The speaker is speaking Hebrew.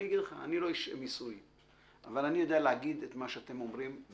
אני לא איש מיסוי אבל אני יודע להגיד את מה שאתם אומרים,